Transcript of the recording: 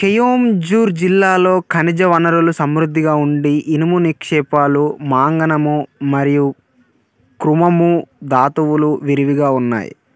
కెయోంఝుర్ జిల్లాలో ఖనిజ వనరులు సమృద్ధిగా ఉండి ఇనుము నిక్షేపాలు మాంగనము మరియు క్రుమము ధాతువులు విరివిగా ఉన్నాయి